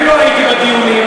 אני לא הייתי בדיונים,